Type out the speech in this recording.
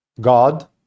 God